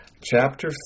chapter